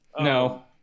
No